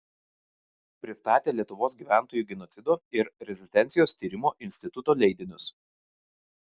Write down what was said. pristatė lietuvos gyventojų genocido ir rezistencijos tyrimo instituto leidinius